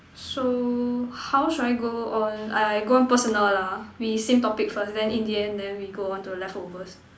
so how shall I go on I I go on personal lah we same topic first then in the end then we go on to the leftovers